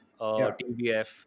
TBF